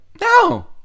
No